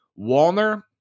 Walner